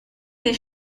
des